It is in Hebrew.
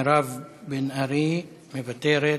מירב בן ארי, מוותרת.